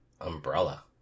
Umbrella